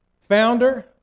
founder